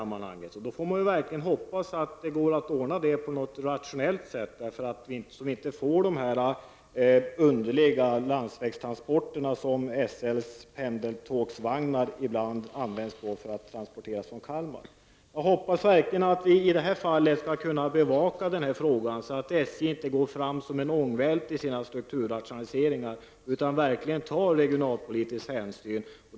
Man får då verkligen hoppas att detta går att ordna på något rationellt sätt, så att följden inte blir att man måste ta till de underliga landsvägstransporter som ibland används för att transportera SLs pendeltågsvagnar från Jag hoppas verkligen att vi i det här fallet skall kunna bevaka frågan, så att SJ inte går fram som en ångvält i sina strukturrationaliseringar utan tar regionalpolitisk hänsyn.